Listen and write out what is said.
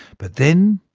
but then,